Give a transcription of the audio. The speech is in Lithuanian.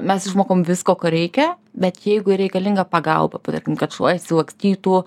mes išmokom visko ko reikia bet jeigu ir reikalinga pagalba va tarkim kad šuo išsilakstytų